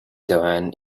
doane